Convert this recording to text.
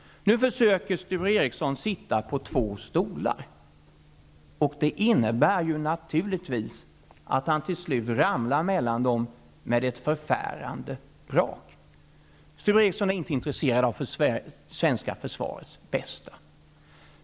Nu försöker Sture Ericson sitta på två stolar, och det innebär naturligtvis att han till slut ramlar mellan dem med ett förfärande brak. Sture Ericson är inte intresserad av det svenska försvarets bästa.